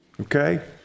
okay